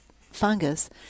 fungus